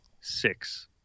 six